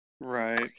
right